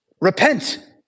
Repent